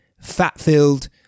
fat-filled